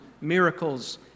miracles